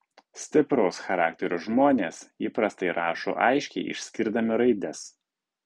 stipraus charakterio žmonės įprastai rašo aiškiai išskirdami raides